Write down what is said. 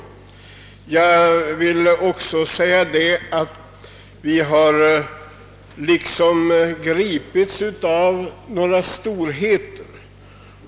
Vi har liksom gripits av förkärlek för vissa storheter.